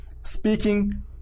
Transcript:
speaking